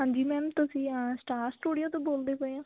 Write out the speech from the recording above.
ਹਾਂਜੀ ਮੈਮ ਤੁਸੀਂ ਆ ਸਟਾਰ ਸਟੂਡੀਓ ਤੋਂ ਬੋਲਦੇ ਪਏ ਹੋ